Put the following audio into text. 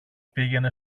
πήγαινε